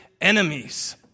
enemies